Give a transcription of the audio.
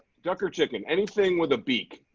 duck or chicken anything with a beak.